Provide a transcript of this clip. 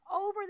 over